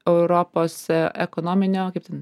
europos ekonominio kaip ten